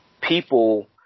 people